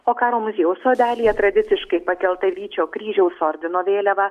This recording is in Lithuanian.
o karo muziejaus sodelyje tradiciškai pakelta vyčio kryžiaus ordino vėliava